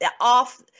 off